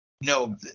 No